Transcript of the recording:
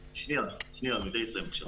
שנייה, תן לי לסיים בבקשה.